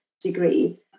degree